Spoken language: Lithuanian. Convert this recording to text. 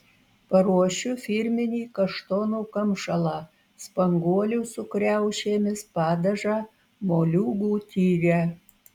paruošiu firminį kaštonų kamšalą spanguolių su kriaušėmis padažą moliūgų tyrę